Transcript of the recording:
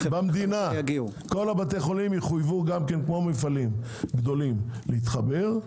כל בתי החולים יחויבו כמו מפעלים גדולים להתחבר.